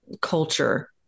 culture